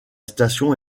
station